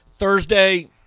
Thursday